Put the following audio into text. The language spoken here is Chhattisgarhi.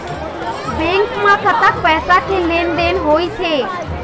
बैंक म कतक पैसा के लेन देन होइस हे?